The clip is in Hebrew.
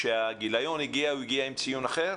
וכשהגיליון הגיע הוא הגיע עם ציון אחר?